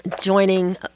joining